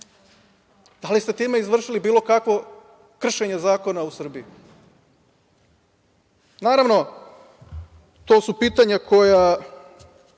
da li ste time izvršili bilo kakve kršenje zakona u Srbiji? Naravno, to su pitanja koja,